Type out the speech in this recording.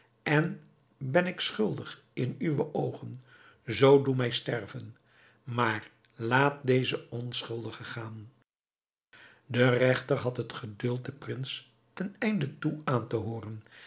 en ben ik schuldig in uwe oogen zoo doe mij sterven maar laat dezen onschuldige gaan de regter had het geduld den prins ten einde toe aan te hooren